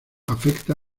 afecta